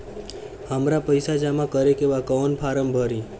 हमरा पइसा जमा करेके बा कवन फारम भरी?